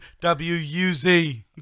W-U-Z